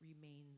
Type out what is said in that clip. remains